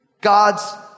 God's